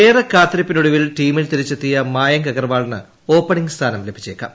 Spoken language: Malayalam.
ഏറെ കാത്തിരിപ്പിനൊടുവിൽ ടീമിൽ തിരിച്ചെത്തിയ മായങ്ക് അഗർവാളിന് ഓപ്പണിംഗ് സ്ഥാനം ലഭിച്ചേക്കാം